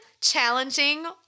challenging